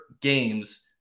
games